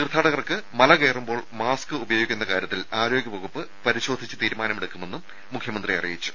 തീർത്ഥാടകർ മല ഇറങ്ങുമ്പോൾ മാസ്ക് ഉപയോഗിക്കുന്ന കാര്യത്തിൽ ആരോഗ്യവകുപ്പ് പരിശോധിച്ച് തീരുമാനമെടുക്കുമെന്നും മുഖ്യമന്ത്രി അറിയിച്ചു